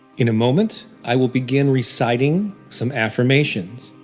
in a moment, i will begin reciting some affirmations.